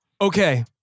okay